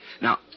Now